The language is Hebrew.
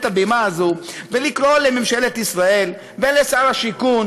את הבימה הזאת ולקרוא לממשלת ישראל ולשר השיכון